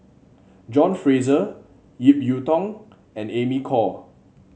John Fraser Ip Yiu Tung and Amy Khor